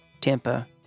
Tampa